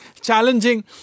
challenging